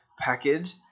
package